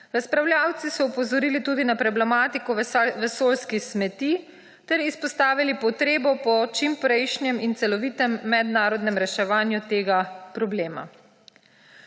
Razpravljavci so opozorili tudi na problematiko vesoljskih smeti ter izpostavili potrebo po čimprejšnjem in celovitem mednarodnem reševanju tega problema.